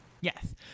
Yes